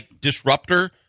disruptor